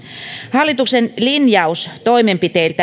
hallituksen linjaus toimenpiteistä